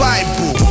Bible